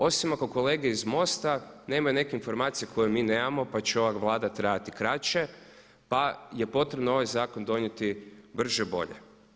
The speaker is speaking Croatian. Osim ako kolege iz MOST-a nemaju neke informacije koje mi nemamo pa će ova Vlada trajati kraće pa je potrebno ovaj zakon donijeti brže bolje.